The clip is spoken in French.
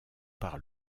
par